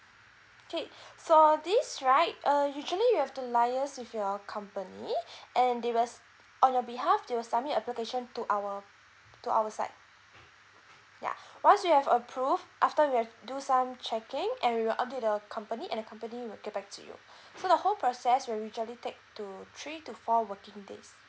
okay so this right uh usually you have to liaise with your company and they will on your behalf they will submit application to our to our side ya once we have a proof after we have do some checking and we will update the company and the company will get back to you so the whole process will usually take to three to four working days